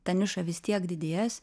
ta niša vis tiek didės